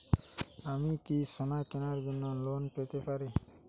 আমি কি সোনা কেনার জন্য লোন পেতে পারি?